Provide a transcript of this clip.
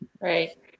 right